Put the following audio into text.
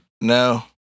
No